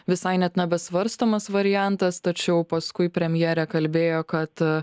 visai net nebesvarstomas variantas tačiau paskui premjerė kalbėjo kad